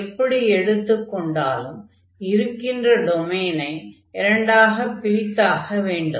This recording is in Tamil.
எப்படி எடுத்துக்கொண்டாலும் இருக்கின்ற டொமைனை இரண்டாக பிரித்தாக வேண்டும்